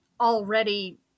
already